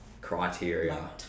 criteria